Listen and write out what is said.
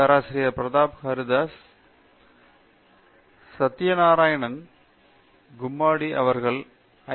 பேராசிரியர் பிரதாப் ஹரிதாஸ் சத்யநாராயணன் கும்மாடி அவர்கள் ஐ